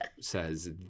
says